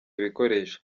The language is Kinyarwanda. ibikoresho